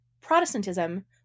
Protestantism